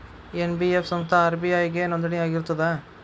NBF ಸಂಸ್ಥಾ RBI ಗೆ ನೋಂದಣಿ ಆಗಿರ್ತದಾ?